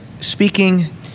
speaking